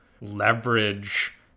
leverage